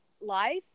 life